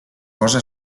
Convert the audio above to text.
posa